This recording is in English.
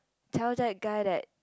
tell that guy that